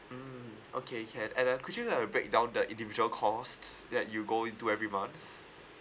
mm okay can and then could you like uh breakdown the individual cost that you go into every month